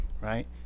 right